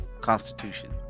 constitution